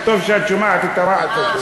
וטוב שאת שומעת את הרעש הזה,